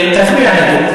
אתה חייב לדבר.